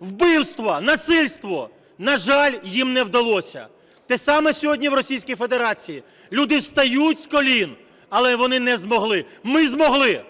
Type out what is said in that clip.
вбивства, насильство. На жаль, їм не вдалося. Те саме сьогодні в Російській Федерації. Люди встають з колін, але вони не змогли. Ми змогли.